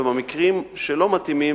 ובמקרים שלא מתאימים,